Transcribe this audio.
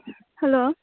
hello